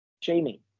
Jamie